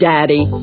Daddy